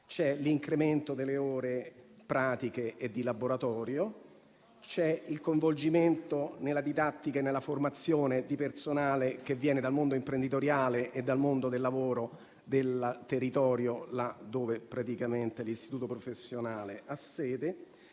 - l'incremento delle ore pratiche e di laboratorio; il coinvolgimento nella didattica e nella formazione di personale che viene dal mondo imprenditoriale e dal mondo del lavoro del territorio in cui l'istituto professionale ha sede;